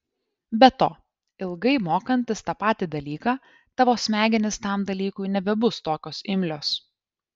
be to ilgai mokantis tą patį dalyką tavo smegenys tam dalykui nebebus tokios imlios